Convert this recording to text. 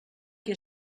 qui